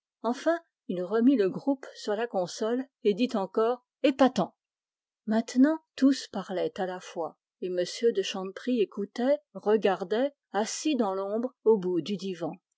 enfin il remit le groupe sur la console et dit d'une voix amoureuse épatant tous parlaient à la fois et m de chanteprie écoutait regardait assis au bout du divan